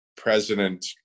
President